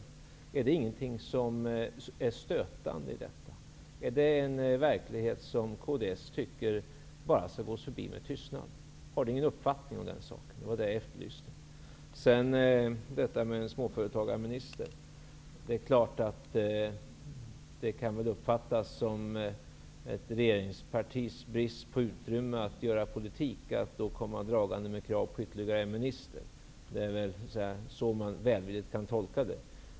Finns det ingenting stötande i detta? Är det en verklighet som kds vill förbigå med tystnad? Har ni ingen uppfattning om den saken? Det var detta jag efterlyste. Beträffande en småföretagarminister, vill jag säga följande. Det är klart att det kan uppfattas som ett regeringspartis brist på utrymme att göra politik att komma dragande med krav på ytterligare en minister. Det är väl så man välvilligt kan tolka detta.